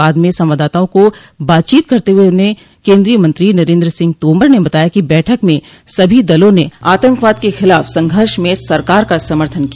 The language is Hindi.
बाद में संवाददाताओं को बातचीत करते हुए केन्द्रीय मंत्री नरेन्द्र सिंह तामर ने बताया कि बैठक में सभी दलों ने आतंकवाद के खिलाफ संघर्ष में सरकार का समर्थन किया